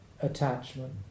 attachment